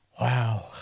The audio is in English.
Wow